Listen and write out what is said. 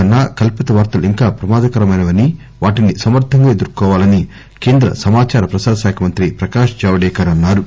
కన్నా కల్పిత వార్తలు ఇంకా ప్రమాదకరమైనవని వాటిని సమర్దంగా ఎదుర్కోవాలని కేంద్ర సమాచార ప్రసార శాఖ మంత్రి ప్రకాశ్ జవదేకర్ అన్నా రు